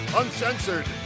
uncensored